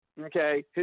Okay